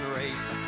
race